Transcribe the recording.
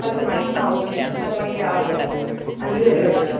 പത്ത് മണി ആ ഓക്കേ പത്ത് മണിക്ക് ആളെ വിടാം അഞ്ച് പേർ വരും കേട്ടോ